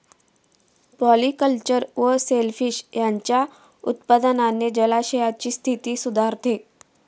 polyculture व shellfish यांच्या उत्पादनाने जलाशयांची स्थिती सुधारते